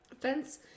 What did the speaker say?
fence